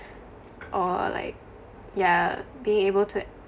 or like yeah being able to